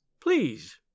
Please